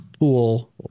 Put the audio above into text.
pool